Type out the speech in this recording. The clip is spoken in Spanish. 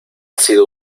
sido